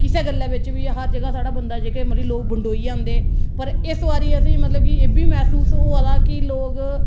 किसे गल्ला बिच बी हर जगह साढ़ा बंदा जेहके मतलब कि लोक बंडोई जंदे पर इस बारी असें मतलब कि इब्भी मसूस होआ दा कि लोक